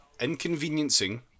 inconveniencing